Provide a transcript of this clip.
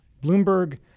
Bloomberg